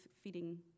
feeding